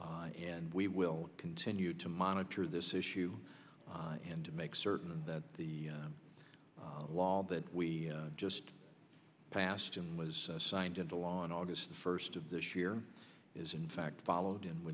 and we will continue to monitor this issue and to make certain that the law that we just passed in was signed into law on august first of this year is in fact followed and